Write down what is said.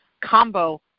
combo